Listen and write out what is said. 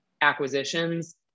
acquisitions